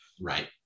right